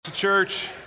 church